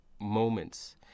moments